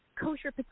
kosher